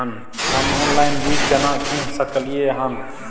हम ऑनलाइन बीज केना कीन सकलियै हन?